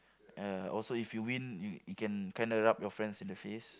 uh also if you win you you can kinda rub your friends in the face